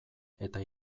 eta